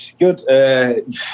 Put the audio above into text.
good